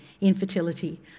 infertility